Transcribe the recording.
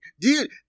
Dude